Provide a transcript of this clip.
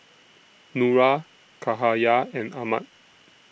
Nura Cahaya and Ahmad